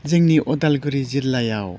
जोंनि उदालगुरि जिल्लायाव